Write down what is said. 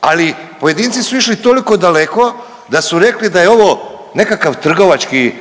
Ali pojedinci su išli toliko daleko da su rekli da je ovo nekakav trgovački